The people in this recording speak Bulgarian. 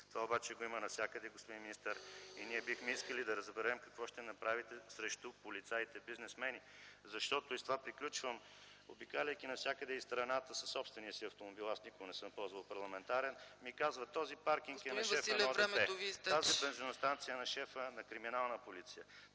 Това обаче го има навсякъде, господин министър, и ние бихме искали да разберем какво ще направите срещу полицаите бизнесмени. Защото, обикаляйки навсякъде из страната със собствения си автомобил, аз никога не съм ползвал парламентарен, ми казват: този паркинг е на шефа на ОДП, тази бензиностанция е на шефа на „Криминална полиция”,